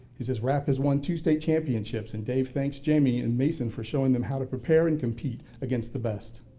he says rap has won two state championships and dave thanks jamie and mason for showing them how to prepare and compete against the best.